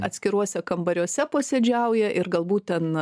atskiruose kambariuose posėdžiauja ir galbūt ten